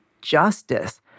justice